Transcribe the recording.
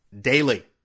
Daily